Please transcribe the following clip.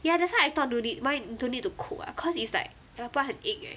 ya that's why I thought don't need why don't need to cook ah cause it's like !aiya! 不然很硬 eh